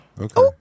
Okay